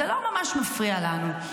זה לא ממש מפריע לנו.